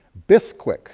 bisquick